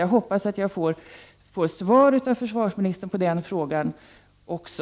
Jag hoppas att jag får svar av försvarsministern på den frågan också.